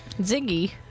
Ziggy